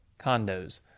condos